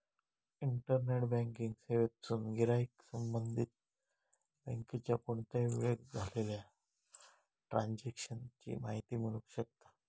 internet banking सेवेतसून गिराईक संबंधित बँकेच्या कोणत्याही वेळेक झालेल्या ट्रांजेक्शन ची माहिती मिळवू शकता